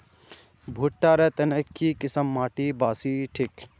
भुट्टा र तने की किसम माटी बासी ठिक?